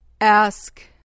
Ask